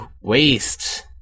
waste